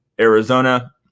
Arizona